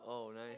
oh nice